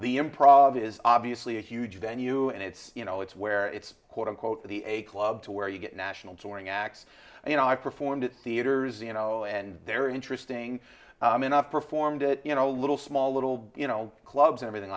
the improv is obviously a huge venue and it's you know it's where it's quote unquote the a club where you get national touring acts and you know i've performed at theaters you know and they're interesting enough performed you know little small little you know clubs everything